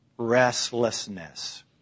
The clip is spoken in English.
Restlessness